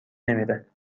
نمیره